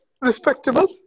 Respectable